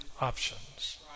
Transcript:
options